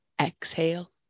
Exhale